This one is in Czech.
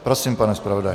Prosím, pane zpravodaji.